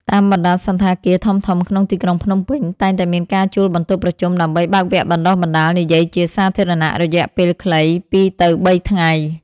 តាមបណ្ដាសណ្ឋាគារធំៗក្នុងទីក្រុងភ្នំពេញ តែងតែមានការជួលបន្ទប់ប្រជុំដើម្បីបើកវគ្គបណ្ដុះបណ្ដាលនិយាយជាសាធារណៈរយៈពេលខ្លី ២ ទៅ ៣ ថ្ងៃ។